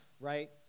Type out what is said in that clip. right